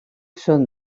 són